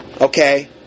Okay